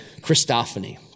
Christophany